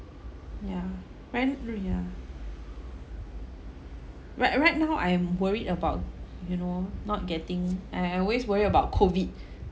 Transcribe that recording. yeah right yeah right right now I am worried about you know not getting and I always worried about COVID